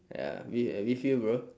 ya with with you bro